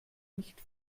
nicht